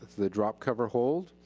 the drop, cover, hold.